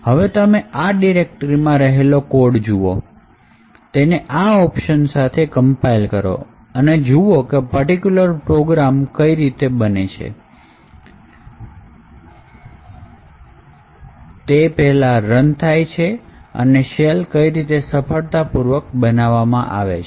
હવે તમે આ ડિરેક્ટરીમાં રહેલો code જુઓ તેને આ ઓપ્શન સાથે compile કરો અને જુઓ કે particular પ્રોગ્રામ કઈ રીતે થાય છે તેનો પહેલો kemron થાય છે અને સેલ કઈ રીતે સફળતાપૂર્વક બનાવવામાં આવે છે